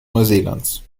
neuseelands